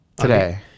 Today